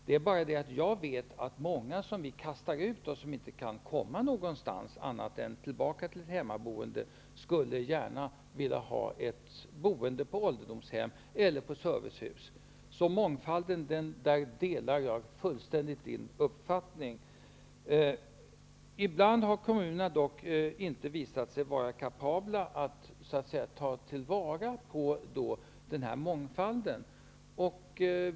Det är bara det att jag vet att många av dem som vi kastar ut, och som inte kan komma någon annanstans än tillbaka till ett hemmaboende, gärna skulle vilja ha ett boende på ålderdomshem eller i servicehus. Beträffande mångfalden delar jag fullständigt Jan Anderssons uppfattning. Ibland har kommunerna dock inte visat sig vara kapabla att ta till vara denna mångfald.